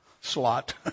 slot